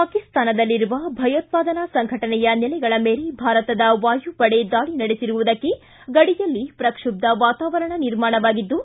ಪಾಕಿಸ್ತಾನದಲ್ಲಿರುವ ಭಯೋತ್ಪಾದನಾ ಸಂಘಟನೆಯ ನೆಲೆಗಳ ಮೇಲೆ ಭಾರತದ ವಾಯುಪಡೆ ದಾಳಿ ನಡೆಸಿರುವುದಕ್ಕೆ ಗಡಿಯಲ್ಲಿ ಶ್ರಕ್ಷುಬ್ದ ವಾತಾವರಣ ನಿರ್ಮಾಣವಾಗಿದ್ದು